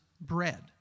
bread